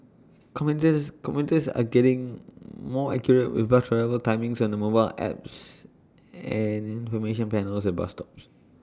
commuters commuters are getting more accurate with bus arrival timings on their mobile apps and information panels at bus stops